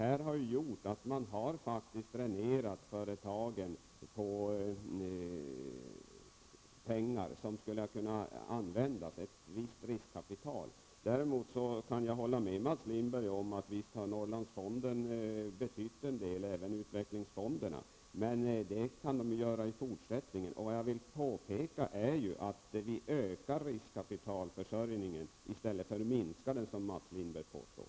Det har gjort att man har dränerat företag på pengar som skulle kunna ha använts, dvs. ett visst riskkapital. Däremot kan jag hålla med Mats Lindberg om att Norrlandsfonden och även utvecklingsfonderna har betytt en del. Men det kan de göra också i fortsättningen. Jag vill påpeka att vi ökar riskkapitalförsörjningen i stället för att minska den, som Mats Lindberg påstår.